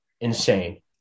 insane